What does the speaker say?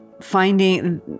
finding